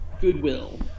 goodwill